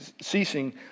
ceasing